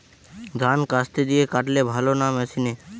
ধান কাস্তে দিয়ে কাটলে ভালো না মেশিনে?